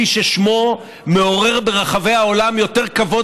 איש ששמו מעורר ברחבי העולם יותר כבוד